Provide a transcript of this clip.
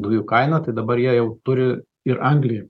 dujų kaina tai dabar jie jau turi ir anglį